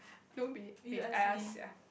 don't be wait I ask ya